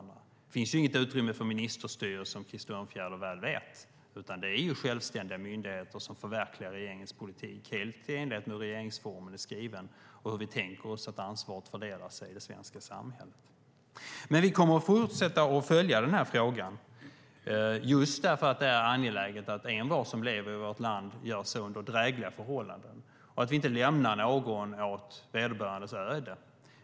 Det finns inget utrymme för ministerstyre, som Krister Örnfjäder väl vet, utan det är självständiga myndigheter som förverkligar regeringens politik, helt i enlighet med hur regeringsformen är skriven och hur vi tänker oss att ansvaret fördelar sig i det svenska samhället. Vi kommer att fortsätta att följa frågan eftersom det är angeläget att envar som lever i vårt land ska leva under drägliga förhållanden och att vi inte ska lämna någon åt vederbörandes öde.